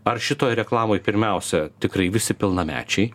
ar šitoj reklamoj pirmiausia tikrai visi pilnamečiai